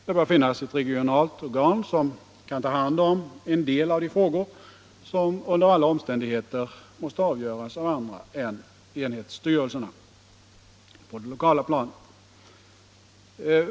Det bör finnas ett regionalt organ som kan ta hand om en del frågor som under alla omständigheter måste avgöras av andra än enhetsstyrelserna på det lokala planet.